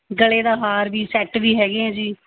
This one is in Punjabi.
ਗਲੇ ਦਾ ਹਾਰ ਵੀ ਸੈੱਟ ਵੀ ਹੈਗੇ ਹੈ ਜੀ